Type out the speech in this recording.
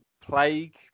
Plague